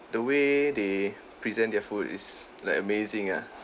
the way they present their food is like amazing ah